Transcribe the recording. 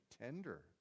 tender